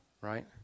Right